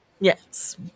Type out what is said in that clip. Yes